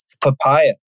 papaya